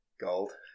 Gold